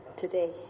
today